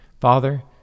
Father